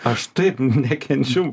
aš taip nekenčiu